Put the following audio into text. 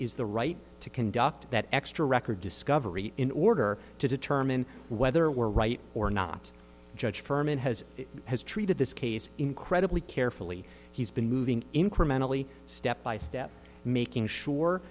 is the right to conduct that extra record discovery in order to determine whether we're right or not judge firman has has treated this case incredibly carefully he's been moving incrementally step by step making s